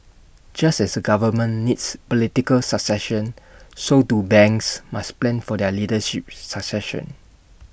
just as A government needs political succession so too banks must plan for their leadership succession